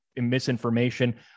misinformation